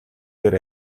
дээр